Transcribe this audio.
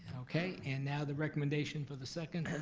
okay and now the recommendation for the second.